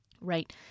right